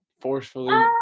forcefully